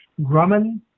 Grumman